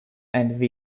and